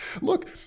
Look